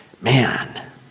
Man